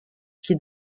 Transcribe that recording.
qui